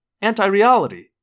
Anti-reality